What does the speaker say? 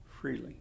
freely